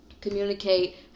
Communicate